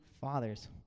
fathers